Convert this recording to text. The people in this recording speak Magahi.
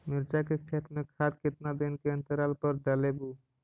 मिरचा के खेत मे खाद कितना दीन के अनतराल पर डालेबु?